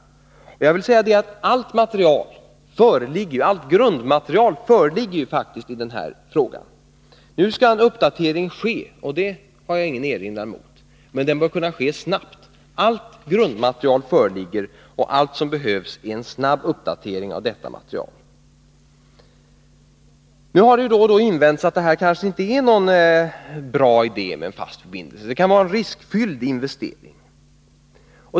Allt grundmaterial föreligger ju faktiskt. Nu skall en uppdatering ske, och det har jag ingen erinran mot. Den bör kunna ske snabbt — allt grundmaterial föreligger som sagt, och vad som behövs är en snabb uppdatering av detta material. Det har då och då invänts att det här med en fast förbindelse kanske inte är någon bra idé — det kan vara en riskfylld investering.